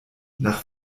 nach